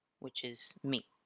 which is me.